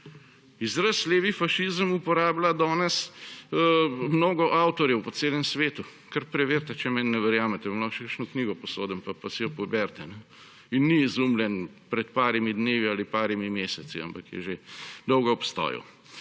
Izraz levi fašizem uporablja danes mnogo avtorjev po celem svetu. Kar preverite, če meni ne verjamete, vam lahko še kakšno knjigo posodim pa si jo preberite. In ni izumljen pred parimi dnevi ali parimi meseci, ampak je že dolgo v obstoju.